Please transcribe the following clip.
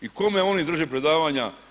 I kome oni drže predavanja?